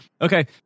Okay